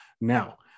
Now